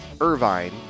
Irvine